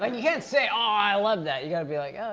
and you can't say, oh, i love that. you got to be like, oh,